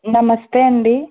నమస్తే అండి